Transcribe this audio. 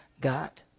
got